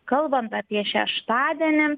kalbant apie šeštadienį